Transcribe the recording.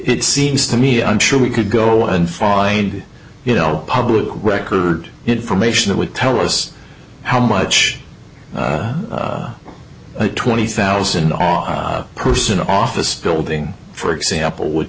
it seems to me i'm sure we could go and find you know public record information that would tell us how much twenty thousand off personal office building for example would